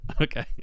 Okay